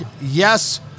Yes